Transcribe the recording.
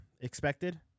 Expected